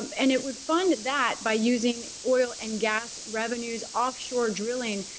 and it would fund that by using oil and gas revenues, offshore drilling,